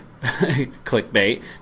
clickbait